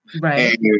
right